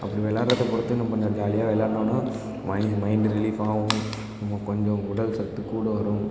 அப்படி விளையாட்றதப் பொறுத்து நம்ம ஜாலியாக விளையாட்னோன்னா மைண்ட் மைண்டு ரிலீஃப் ஆகும் நம்ம கொஞ்சம் உடல் சத்து கூட வரும்